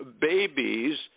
babies